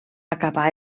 acabà